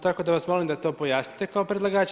Tako da vas molim da to pojasnite kao predlagač.